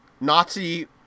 Nazi